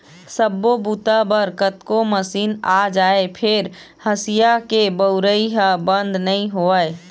सब्बो बूता बर कतको मसीन आ जाए फेर हँसिया के बउरइ ह बंद नइ होवय